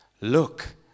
look